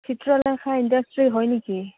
Chitralekha industry হয় নেকি